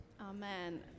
Amen